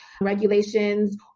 regulations